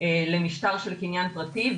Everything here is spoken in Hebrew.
למשטר של קניין פרטי.